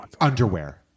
Underwear